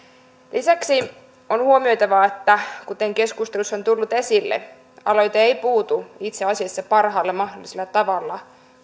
lisäksi on huomioitava että kuten keskustelussa on tullut esille aloite ei puutu itse asiassa parhaalla mahdollisella tavalla